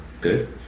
good